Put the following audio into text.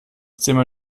zimmer